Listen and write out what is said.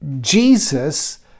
Jesus